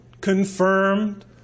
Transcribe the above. confirmed